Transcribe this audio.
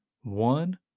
one